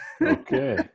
okay